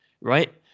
right